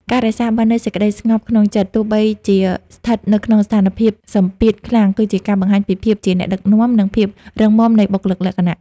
ការរក្សាបាននូវសេចក្ដីស្ងប់ក្នុងចិត្ត ទោះបីជាស្ថិតក្នុងស្ថានភាពសម្ពាធខ្លាំង គឺជាការបង្ហាញពីភាពជាអ្នកដឹកនាំ និងភាពរឹងមាំនៃបុគ្គលិកលក្ខណៈ។